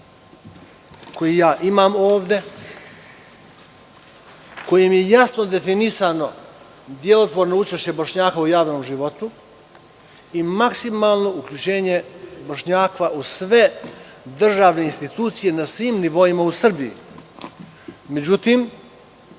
koji imam ovde, kojim je jasno definisano delotvorno učešće Bošnjaka u javnom životu i maksimalno uključenje Bošnjaka u sve državne institucije na svim nivoima u Srbiji. Međutim,